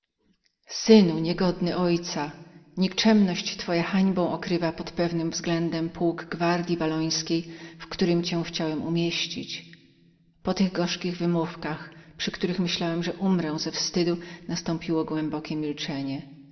synu niegodny twojego ojca nikczemność twoja hańbą okrywa pod pewnym względem pułk gwardyi wallońskiej w którym cię chciałem umieścić po tych gorzkich wymówkach na które myślałem że umrę ze wstydu nastąpiło głębokie milczenie